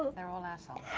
they're all assholes.